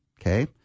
Okay